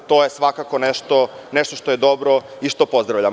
To je svakako nešto što je dobro i što pozdravljamo.